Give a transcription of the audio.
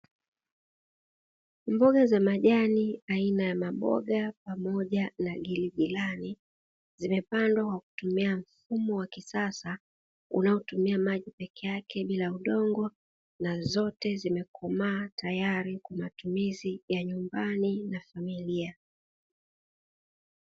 Mboga za majani aina ya maboga pamoja na giligilani, zimepandwa kwa kutumia mfumo wa kisasa unaotumia maji peke yake bile udongo, na zote zimekomaa tayari kwa matumizi ya nyumbani na familia.